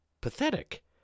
pathetic